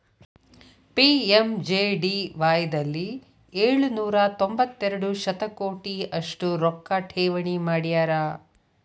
PMJDY ದಲ್ಲಿ ಏಳು ನೂರ ತೊಂಬತ್ತೆರಡು ಶತಕೋಟಿ ಅಷ್ಟು ರೊಕ್ಕ ಠೇವಣಿ ಮಾಡ್ಯಾರ